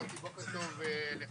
אמרתי בוקר טוב לכולם,